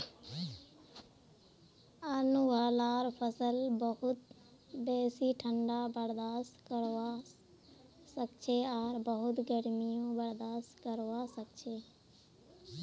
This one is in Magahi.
आंवलार फसल बहुत बेसी ठंडा बर्दाश्त करवा सखछे आर बहुत गर्मीयों बर्दाश्त करवा सखछे